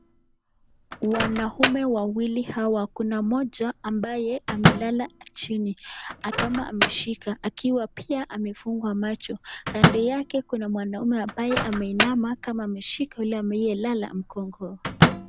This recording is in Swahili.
Wanaumme wawili hawa, kuna mmoja ambaye amelala chini kama ameshika, akiwa amefunga macho. Kando yake kuna kwanamme ambaye ameinama kama ameshika yule aliyelala mgongo.